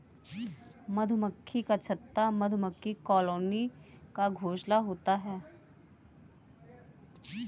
मधुमक्खी का छत्ता मधुमक्खी कॉलोनी का घोंसला होता है